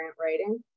writing